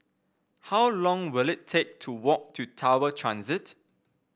how long will it take to walk to Tower Transit